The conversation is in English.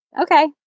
okay